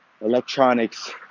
electronics